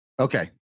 Okay